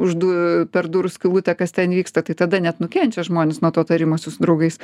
už du per durų skylutę kas ten vyksta tai tada net nukenčia žmonės nuo to tarimosi su draugais